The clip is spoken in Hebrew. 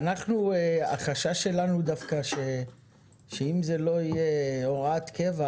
אז החשש שלנו הוא דווקא שאם זה לא יהיה הוראת קבע,